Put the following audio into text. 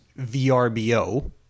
VRBO